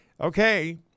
Okay